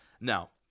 Now